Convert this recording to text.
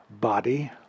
body